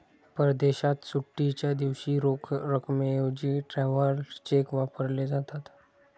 परदेशात सुट्टीच्या दिवशी रोख रकमेऐवजी ट्रॅव्हलर चेक वापरले जातात